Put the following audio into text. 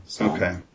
Okay